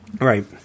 Right